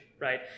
right